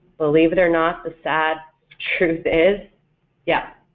believe it or not the sad truth is yeah,